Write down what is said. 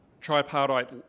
tripartite